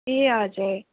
ए हजुर